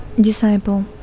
disciple